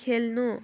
खेल्नु